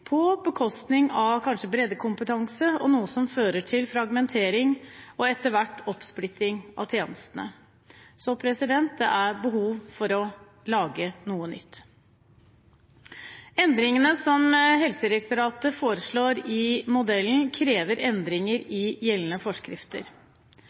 på bekostning av kanskje breddekompetanse og noe som fører til fragmentering og etter hvert oppsplitting av tjenestene. Det er behov for å lage noe nytt. Endringene som Helsedirektoratet foreslår i modellen, krever endringer i gjeldende forskrifter.